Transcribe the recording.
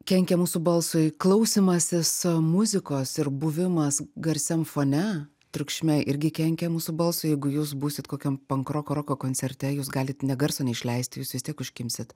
kenkia mūsų balsui klausymasis muzikos ir buvimas garsiam fone triukšme irgi kenkia mūsų balsui jeigu jūs būsit kokiam pankroko roko koncerte jūs galit nė garso neišleist jūs vis tiek užkimsit